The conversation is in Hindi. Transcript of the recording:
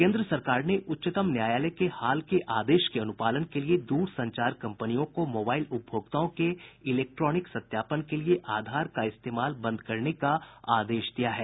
केन्द्र सरकार ने उच्चतम न्यायालय के हाल के आदेश के अनुपालन के लिए द्रसंचार कंपनियों को मोबाइल उपभोक्ताओं के इलेक्ट्रॉनिक सत्यापन के लिए आधार का इस्तेमाल बंद करने का आदेश दिया है